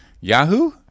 Yahoo